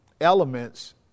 elements